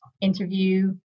interview